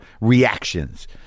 reactions